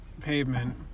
pavement